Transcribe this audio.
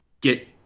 get